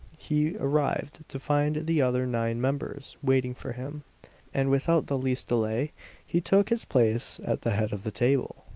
he arrived to find the other nine members waiting for him and without the least delay he took his place at the head of the table.